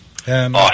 Awesome